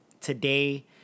today